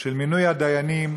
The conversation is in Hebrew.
של מינוי הדיינים.